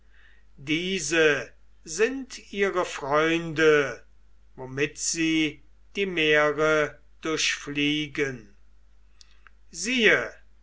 diese sind ihre freunde womit sie die meere durchfliegen siehe